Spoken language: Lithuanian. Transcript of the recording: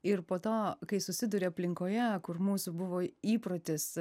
ir po to kai susiduri aplinkoje kur mūsų buvo įprotis